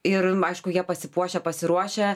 ir aišku jie pasipuošę pasiruošę